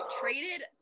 traded